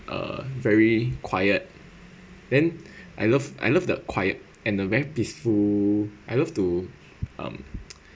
uh very quiet then I love I love the quiet and the very peaceful I love to um